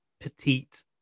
petite